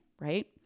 right